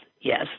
yes